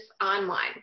online